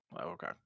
Okay